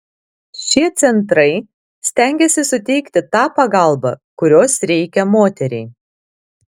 šie centrai stengiasi suteikti tą pagalbą kurios reikia moteriai